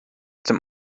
dem